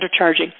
undercharging